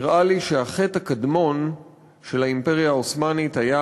נראה לי שהחטא הקדמון של האימפריה העות'מאנית היה